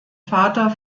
vater